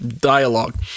dialogue